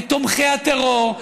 את תומכי הטרור,